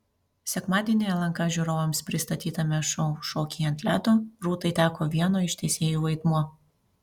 sekmadienį lnk žiūrovams pristatytame šou šokiai ant ledo rūtai teko vieno iš teisėjų vaidmuo